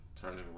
turning